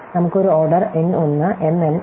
നമുക്ക് ഒരു order n 1 m n ഉണ്ട്